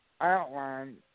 outline